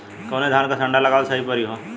कवने धान क संन्डा लगावल सही परी हो?